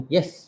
Yes